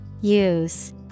Use